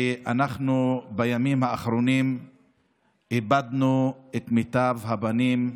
בימים האחרונים איבדנו את מיטב הבנים,